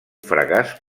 fracàs